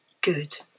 good